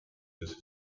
this